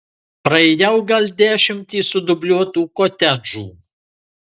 praėjau gal dešimtį sudubliuotų kotedžų